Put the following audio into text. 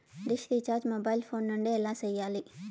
dish recharge mobile phone నుండి ఎలా సేయాలి